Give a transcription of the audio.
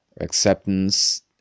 acceptance